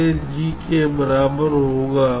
delay g के बराबर होगा